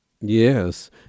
Yes